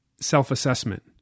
self-assessment